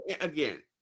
Again